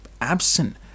absent